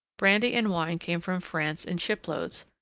brandy and wine came from france in shiploads,